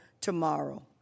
tomorrow